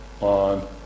on